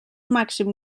màxim